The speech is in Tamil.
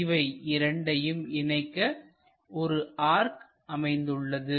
இவை இரண்டையும் இணைக்க ஒரு ஆர்க் அமைந்துள்ளது